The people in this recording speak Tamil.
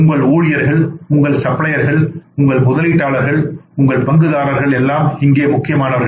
உங்கள் ஊழியர்கள் உங்கள் சப்ளையர்கள் உங்கள் முதலீட்டாளர்கள் உங்கள் பங்குதாரர்கள் எல்லாம் இங்கே முக்கியமானவர்கள்